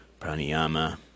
pranayama